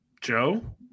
Joe